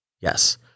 Yes